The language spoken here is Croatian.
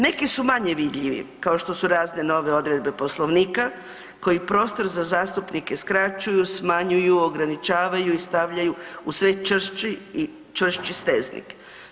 Neki su manje vidljivi kao što su razne nove odredbe Poslovnika koji prostor za zastupnike skraćuju, smanjuju, ograničavaju i stavljaju u sve čvršći i čvršći steznik.